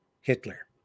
Hitler